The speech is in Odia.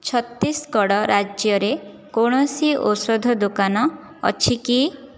ଛତିଶଗଡ଼ ରାଜ୍ୟରେ କୌଣସି ଔଷଧ ଦୋକାନ ଅଛି କି